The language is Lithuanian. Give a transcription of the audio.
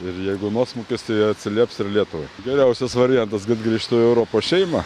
ir jeigu nuosmukis tai atsilieps ir lietuvai geriausias variantas kad grįžtų į europos šeimą